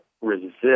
resist